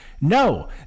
No